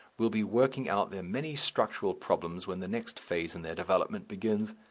will be working out their many structural problems when the next phase in their development begins.